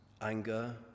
anger